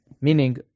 Meaning